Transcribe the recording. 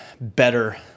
better